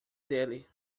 dele